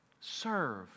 serve